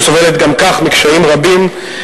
שסובלת גם כך מקשיים רבים,